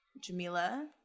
Jamila